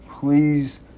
Please